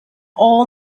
all